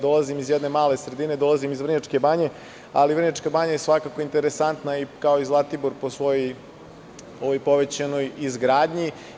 Dolazim iz jedne male sredine, iz Vrnjačke Banje, ali Vrnjačka Banja je svakako interesantna, kao i Zlatibor, po svojoj povećanoj izgradnji.